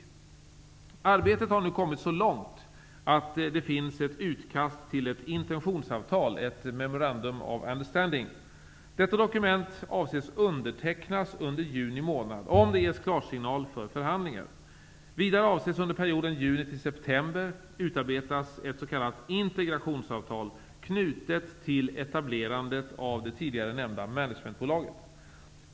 Arbetet har nu kommit så långt att det finns ett utkast till intentionsavtal . Detta dokument avses bli undertecknat under juni månad om det ges klarsignal för förhandlingar. Vidare avses under perioden juni--september ett s.k. integrationsavtal knutet till etablerandet av det tidigare nämnda managementbolaget bli utarbetat.